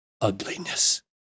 ugliness